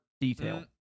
detail